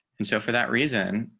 and so for that reason,